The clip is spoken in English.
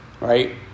right